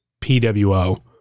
PWO